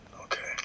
okay